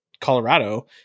Colorado